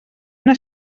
una